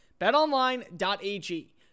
Betonline.ag